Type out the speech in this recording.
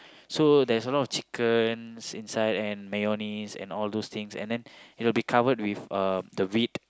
so there's a lot of chickens inside and mayonnaise and all those things and then it will be covered with uh the wheat